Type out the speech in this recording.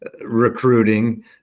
recruiting